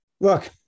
look